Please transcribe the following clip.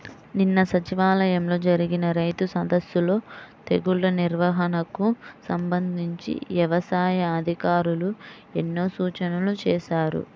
నిన్న సచివాలయంలో జరిగిన రైతు సదస్సులో తెగుల్ల నిర్వహణకు సంబంధించి యవసాయ అధికారులు ఎన్నో సూచనలు చేశారు